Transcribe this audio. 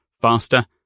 faster